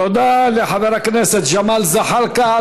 תודה לחבר הכנסת ג'מאל זחאלקה.